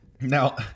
Now